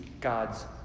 God's